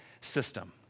system